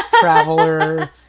traveler